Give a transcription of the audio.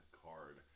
card